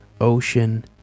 Ocean